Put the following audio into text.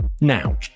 Now